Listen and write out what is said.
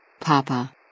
Papa